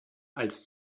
als